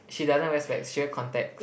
she doesn't wear specs she wear contacts